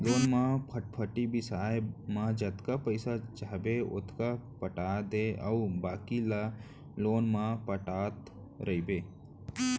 loan म फटफटी बिसाए म जतका पइसा चाहबे ओतका पटा दे अउ बाकी ल लोन म पटात रइबे